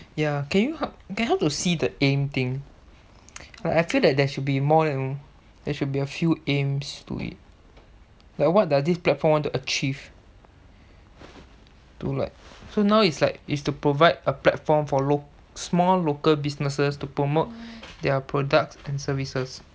ya can you help can help to see the aim thing I feel that there should be more though there should be a few aims to it like what does this platform want to achieve to like so now it's like it's to provide a platform for lo~ small local businesses to promote their products and services